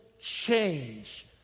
change